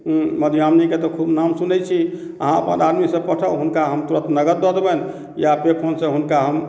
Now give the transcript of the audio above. मधुयामिनी के तऽ खूब नाम सुनै छी अहाँ अपन आदमी सब पठाउ हुनका हम तुरत नगद दऽ देबनि या पे फोन सऽ हुनका हम